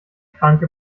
kranke